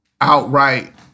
outright